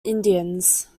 indians